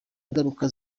ingaruka